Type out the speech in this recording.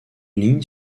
lignes